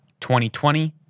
2020